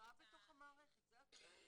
שעה בתוך המערכת, זה הכול.